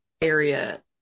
area